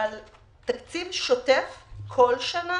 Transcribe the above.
אבל לגבי התקציב השוטף בכל שנה